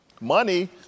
Money